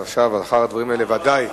עכשיו, לאחר הדברים האלה, ודאי.